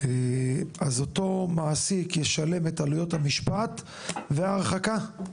אז אותו מעסיק ישלם את עלויות המשפט והרחקה?